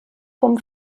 vom